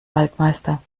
waldmeister